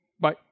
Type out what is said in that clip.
Bye